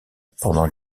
pendant